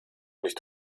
nicht